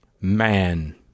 man